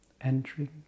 entering